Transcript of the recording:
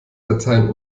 dateien